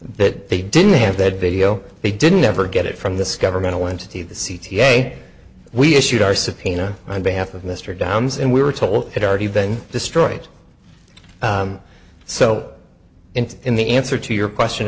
that they didn't have that video they didn't ever get it from this governmental entity the c t a we issued our subpoena on behalf of mr downs and we were told it already been destroyed so in the answer to your question